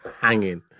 hanging